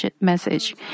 message